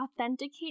authenticate